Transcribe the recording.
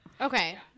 Okay